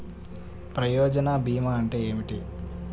ప్రయోజన భీమా అంటే ఏమిటి?